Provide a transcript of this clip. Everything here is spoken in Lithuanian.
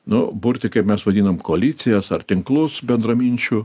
nu burti kaip mes vadinam koalicijas ar tinklus bendraminčių